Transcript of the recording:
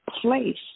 place